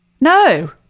No